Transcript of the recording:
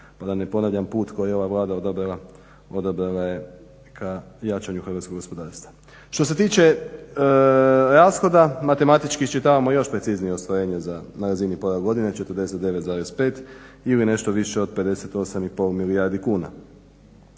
pa da ne ponavljam. Put koji je ova Vlada odabrala, odbrala je ka jačanju hrvatskog gospodarstva. Što se tiče rashoda matematički iščitavamo još preciznije ostvarenje na razini pola godine 49,5 ili nešto više od 58,5 milijardi kuna.